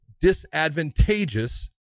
disadvantageous